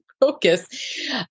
focus